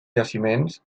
jaciments